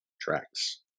tracks